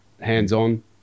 hands-on